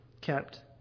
kept